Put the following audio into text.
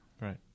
Right